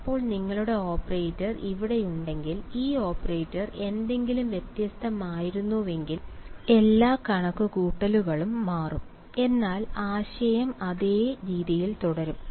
ഇപ്പോൾ നിങ്ങളുടെ ഓപ്പറേറ്റർ ഇവിടെയുണ്ടെങ്കിൽ ഈ ഓപ്പറേറ്റർ എന്തെങ്കിലും വ്യത്യസ്തമായിരുന്നെങ്കിൽ എല്ലാ കണക്കുകൂട്ടലുകളും മാറും എന്നാൽ ആശയം അതേ ശരിയായി തുടരും